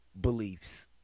beliefs